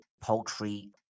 poultry